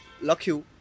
Lucky